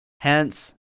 Hence